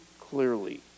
clearly